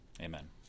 Amen